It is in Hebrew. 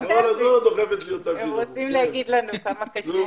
רוצים להגיד לנו משהו.